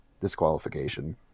disqualification